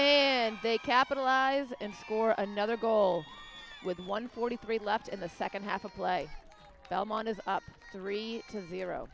and they capitalize and for another goal with one forty three left in the second half of play belmont is up three to zero